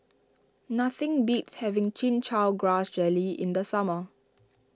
nothing beats having Chin Chow Grass Jelly in the summer